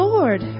Lord